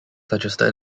suggested